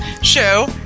show